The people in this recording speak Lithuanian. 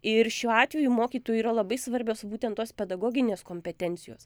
ir šiuo atveju mokytojui yra labai svarbios būtent tos pedagoginės kompetencijos